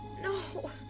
No